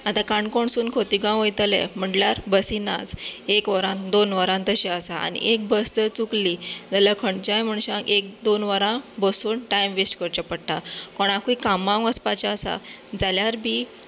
आतां काणकोण सून कोतिगांव वयतले म्हणल्यार बसी नाच एक वरान दोन वरान तश्यो आसात आनी बस जर चुकली जाल्यार खंयच्याय मनशाक एक दोन वरां बसून टायम वेस्ट करचें पडटा कोणाकूय कामाक वचपाचें आसा जाल्यार बी